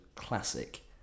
classic